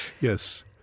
Yes